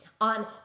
on